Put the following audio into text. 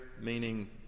meaning